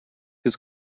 his